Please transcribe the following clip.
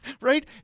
right